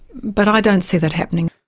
but i don't see that happening.